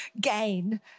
gain